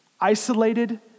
isolated